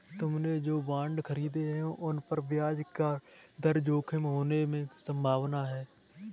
तुमने जो बॉन्ड खरीदे हैं, उन पर ब्याज दर जोखिम होने की संभावना है